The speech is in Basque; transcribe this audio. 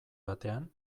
batean